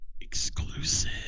exclusive